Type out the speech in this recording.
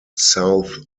south